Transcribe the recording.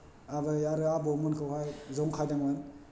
बे आबै आरो आबौमोनखौहाय जंखायदोंमोन